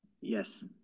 Yes